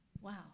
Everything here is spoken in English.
Wow